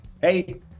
Hey